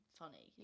funny